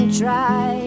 try